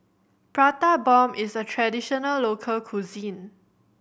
Prata Bomb is a traditional local cuisine